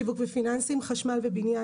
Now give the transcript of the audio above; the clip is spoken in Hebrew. מימון שיוון ופיננסים, חשמל ובניין.